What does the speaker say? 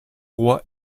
roi